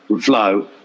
flow